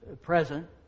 present